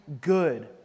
good